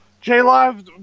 J-Live